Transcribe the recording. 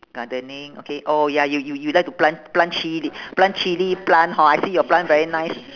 gardening okay oh ya you you you like to plant plant chilli plant chilli plant hor I see your plant very nice